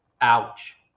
Ouch